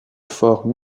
fort